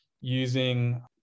using